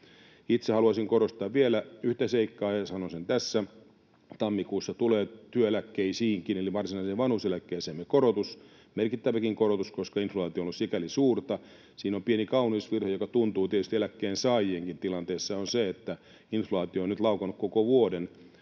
Itse haluaisin korostaa vielä yhtä seikkaa, ja sanon sen tässä: Tammikuussa tulee työeläkkeisiinkin, eli varsinaiseen vanhuuseläkkeeseemme korotus, merkittäväkin korotus, koska inflaatio on ollut sikäli suurta. Siinä on pieni kauneusvirhe, joka tuntuu tietysti eläkkeensaajienkin tilanteessa. Se on se, että inflaatio on nyt laukannut koko vuoden,